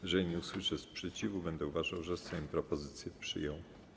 Jeżeli nie usłyszę sprzeciwu, będę uważał, że Sejm propozycje przyjął.